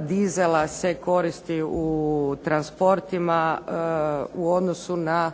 dizela se koristi u transportima u odnosu na